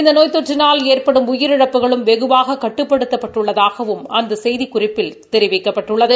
இந்த நோய் தொற்றினால் ஏற்படும் உயிரிழப்புகளும் வெகுவாக கட்டுப்படுத்தப் பட்டுள்ளதாகவும் அந்த செய்திக்குறிப்பில் தெரிவிக்கப்பட்டுள்ளது